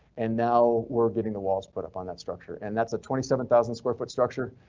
and now we're getting the walls put up on that structure, and that's a twenty seven thousand square foot structure.